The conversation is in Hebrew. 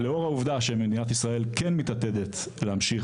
לאור העובדה שמדינת ישראל כן מתעתדת להמשיך